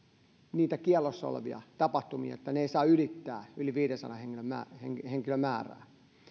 niitä kiellossa olevia tapahtumia että ne eivät saa ylittää yli viidensadan henkilön määrää